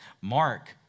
Mark